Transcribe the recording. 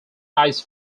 ice